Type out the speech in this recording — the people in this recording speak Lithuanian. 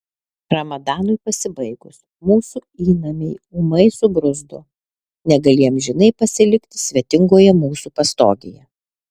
ramadanui pasibaigus mūsų įnamiai ūmai subruzdo negalį amžinai pasilikti svetingoje mūsų pastogėje